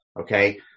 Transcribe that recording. Okay